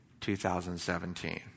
2017